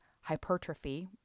hypertrophy